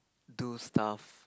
do stuff